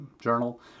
journal